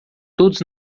todos